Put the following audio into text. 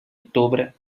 ottobre